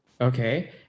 Okay